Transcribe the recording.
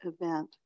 event